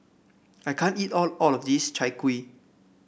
I can't eat all all of this Chai Kuih